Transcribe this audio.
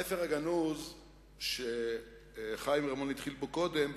אני רוצה להתחיל בתיקון הספר הגנוז שחיים רמון התחיל בו קודם,